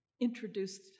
introduced